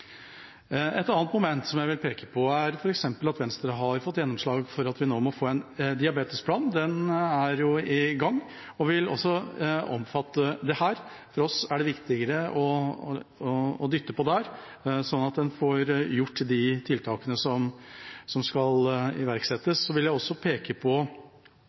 Et annet moment som jeg vil peke på, er f. eks. at Venstre har fått gjennomslag for at vi nå må få en diabetesplan. Den er i gang og vil også omfatte dette. For oss er det viktigere å dytte på